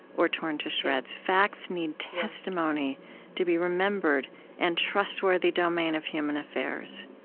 or torn to shreds. facts need testimony to be remembered and trustworthy domain of human affairs.